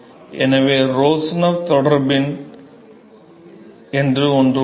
எனவே ரோஸ்நவ் தொடர்பு என்று ஒன்று உள்ளது